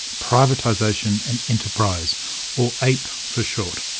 privatisation and enterprise or ape for short.